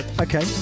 Okay